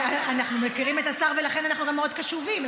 אנחנו מכירים את השר ולכן אנחנו גם מאוד קשובים,